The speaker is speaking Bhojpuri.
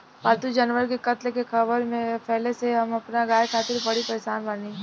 पाल्तु जानवर के कत्ल के ख़बर फैले से हम अपना गाय खातिर बड़ी परेशान बानी